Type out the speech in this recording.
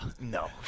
No